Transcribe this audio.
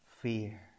fear